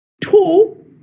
Two